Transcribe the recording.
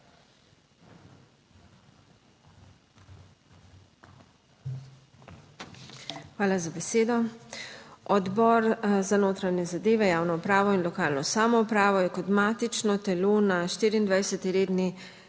Hvala za besedo. Odbor za notranje zadeve, javno upravo in lokalno samoupravo je kot matično telo na 24. redni